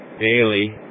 daily